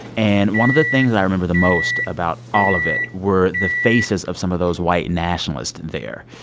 and one of the things i remember the most about all of it were the faces of some of those white nationalists there.